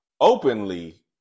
openly